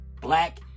Black